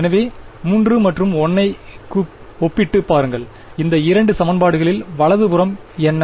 எனவே 3 மற்றும் 1 ஐ ஒப்பிட்டுப் பாருங்கள் இந்த இரண்டு சமன்பாடுகளின் வலது புறம் என்ன